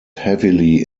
heavily